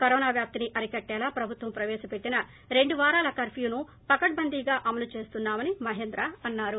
corona వ్యాప్తిని అరికట్టేలా ప్రభుత్వం ప్రవేశపెట్టిన రెండు వారాల కర్న్నూను పకడ్బందీగా అమలు చేస్తున్నా మని మహేంద్ర అన్నారు